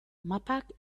mapak